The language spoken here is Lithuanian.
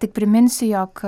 tik priminsiu jog